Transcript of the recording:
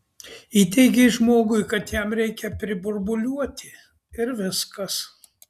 įteigei žmogui kad jam reikia priburbuliuoti ir viskas